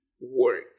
work